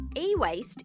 E-waste